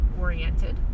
oriented